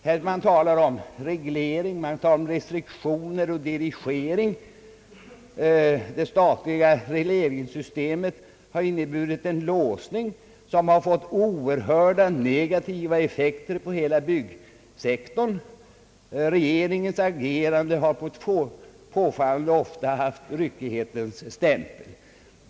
Här talas om reglering, restriktioner och dirigering; det statliga regleringssystemet har inneburit en låsning, som fått oerhörda negativa effekter på hela byggsektorn. Regeringens agerande har påfallande ofta haft ryckighetens stämpel.